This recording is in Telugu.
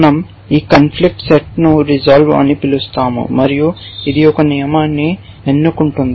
మనం ఈ కాన్ఫ్లిక్ట్ సెట్ ను రిసొల్వె అని పిలుస్తాము మరియు ఇది ఒక నియమాన్ని ఎన్నుకుంటుంది